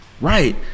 right